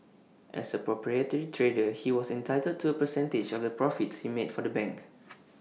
as A proprietary trader he was entitled to A percentage of the profits he made for the bank